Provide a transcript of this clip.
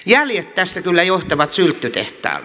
jäljet tässä kyllä johtavat sylttytehtaalle